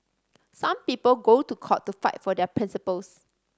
some people go to court to fight for their principles